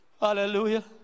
hallelujah